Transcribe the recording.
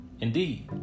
Indeed